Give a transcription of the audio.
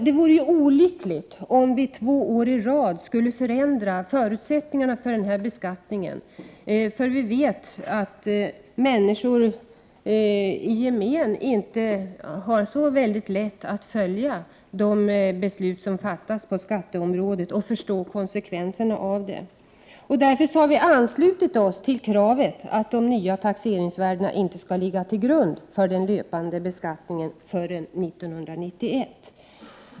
Det vore olyckligt om vi två år i rad skulle förändra förutsättningarna för denna beskattning, eftersom vi vet att människor i gemen inte har så väldigt lätt att följa de beslut som fattas på skatteområdet och förstå konsekvenserna av dem. Därför har vi i centern anslutit oss till kravet att de nya taxeringsvärdena inte skall ligga till grund för den löpande beskattningen förrän 1991.